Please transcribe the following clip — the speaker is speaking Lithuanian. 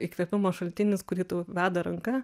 įkvėpimo šaltinis kurį tau veda ranka